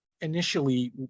initially